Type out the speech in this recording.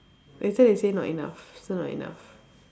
later they say not enough still not enough